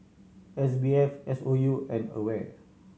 S B F S O U and AWARE